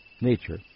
nature